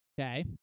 Okay